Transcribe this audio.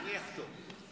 אני אחתום.